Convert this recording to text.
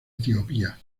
etiopía